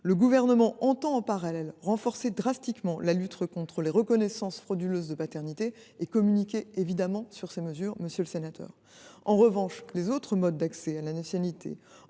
Le Gouvernement entend en parallèle renforcer drastiquement la lutte contre les reconnaissances frauduleuses de paternité et communiquer sur ces mesures, monsieur le sénateur. En revanche, les autres modes d’accès à la nationalité,